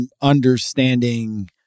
understanding